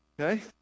Okay